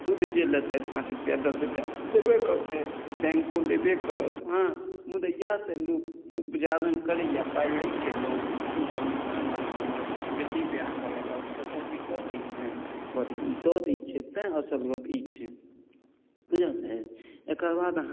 सूद जे लेतथि पाँच रुपैआ दस रुपैआ लेबे करतथि बैंको लेबे करत हँ मुदा इएहसँ लोक उपजाबन करैए पाइ लैत छै लोन ईसँ मकान बना लेलक बेटीक ब्याह कऽ लेलक सभटा चीज कऽ दैत छन्हि आ तकरबाद दऽ दैत छन्हि तैँ असल गप्प ई छै बूझल अइ एकर बाद अहाँ